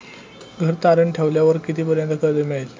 घर तारण ठेवल्यावर कितीपर्यंत कर्ज मिळेल?